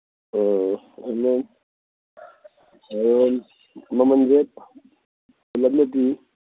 ꯎꯝ ꯃꯃꯟꯁꯦ ꯄꯨꯂꯞꯅꯗꯤ